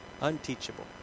Unteachable